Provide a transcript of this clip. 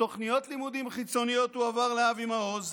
תוכניות לימודים חיצוניות הועברו לאבי מעוז,